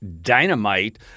dynamite